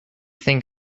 think